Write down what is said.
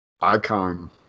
icon